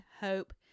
hope